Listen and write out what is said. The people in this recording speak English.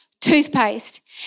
Toothpaste